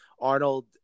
Arnold